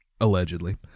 allegedly